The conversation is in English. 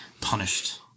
punished